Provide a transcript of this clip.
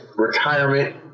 retirement